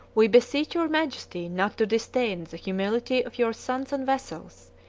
we beseech your majesty not to disdain the humility of your sons and vassals,